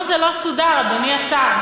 לא, זה לא סודר, אדוני השר.